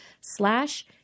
slash